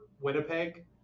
Winnipeg